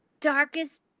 darkest